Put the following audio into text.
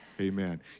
Amen